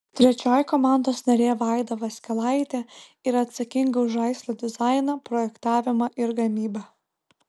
trečioji komandos narė vaida vaskelaitė yra atsakinga už žaislo dizainą projektavimą ir gamybą